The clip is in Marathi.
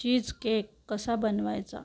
चीझ केक कसा बनवायचा